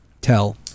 Tell